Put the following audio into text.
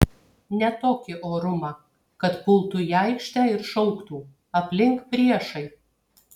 ne tokį orumą kad pultų į aikštę ir šauktų aplink priešai